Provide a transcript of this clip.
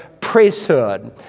priesthood